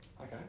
Okay